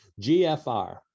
GFR